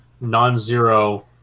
non-zero